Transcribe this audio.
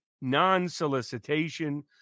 non-solicitation